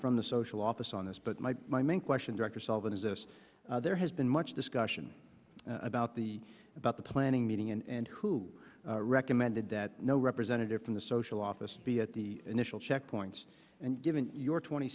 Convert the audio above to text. from the social office on this but my my main question director sullivan is this there has been much discussion about the about the planning meeting and who recommended that no representative from the social office be at the initial check points and given your twenty